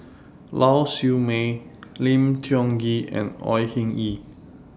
Lau Siew Mei Lim Tiong Ghee and Au Hing Yee